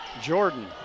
Jordan